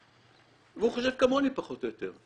והוא חושב כמוני פחות או יותר.